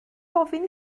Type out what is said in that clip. ofyn